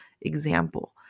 example